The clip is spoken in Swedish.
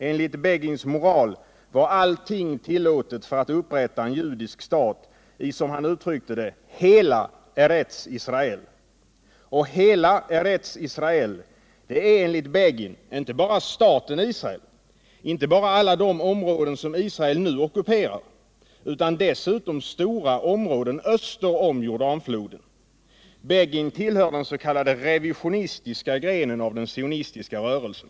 Enligt Begins moral var allting tillåtet för att upprätta en judisk stat i,som han uttryckte det, hela Eretz Israel. Och hela Eretz Israel, det är enligt Begin inte bara staten Israel, inte bara alla de områden som Israel nu ockuperar, utan dessutom stora områden öster om Jordanfloden. Begin tillhör den s.k. revisionistiska grenen av den sionistiska rörelsen.